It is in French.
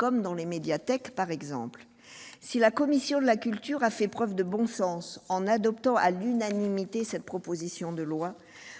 l'instar des médiathèques. Si la commission de la culture a fait preuve de bon sens en adoptant à l'unanimité cette proposition de loi,